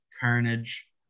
carnage